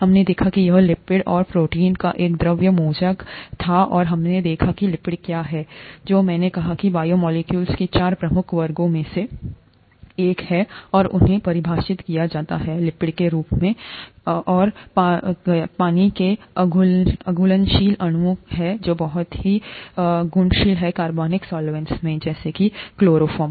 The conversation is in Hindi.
हमने देखा कि यह लिपिड और प्रोटीन का एक द्रव मोज़ेक था और हमने देखा कि लिपिड क्या हैं जो मैंने कहा कि बायोमोलेक्यूल्स के चार प्रमुख वर्गों में से एक था और उन्हें परिभाषित किया गया है लिपिड कोरूप में परिभाषित किया गया पानी के अघुलनशील अणुओं केहै जो बहुत ही घुलनशील हैं कार्बनिक सॉल्वैंट्स जैसे क्लोरोफॉर्म